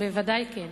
ודאי שכן.